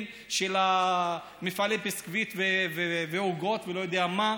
של מפעלי הביסקוויט ועוגות ולא-יודע-מה,